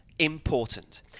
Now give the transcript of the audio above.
important